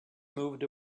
moved